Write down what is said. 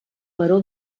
baró